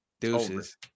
Deuces